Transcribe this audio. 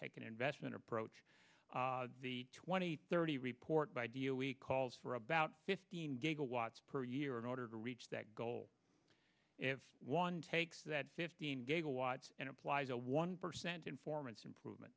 take an investment approach the twenty thirty report by deal we calls for about fifteen gigawatts per year in order to reach that goal if one takes that fifteen gigawatts and implies a one percent informant's improvement